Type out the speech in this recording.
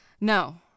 No